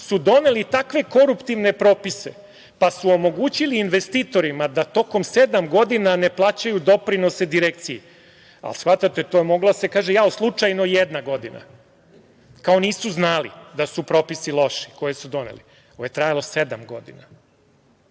doneli takve koruptivne propise, pa su omogućili investitorima da tokom sedam godina ne plaćaju doprinose Direkciji. Ali shvatate, to je moglo da se kaže – jao, slučajno jedna godina. Kao, nisu znali da su propisi koje su doneli loši. Ovo je trajalo sedam godina. Šta